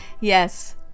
Yes